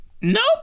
Nope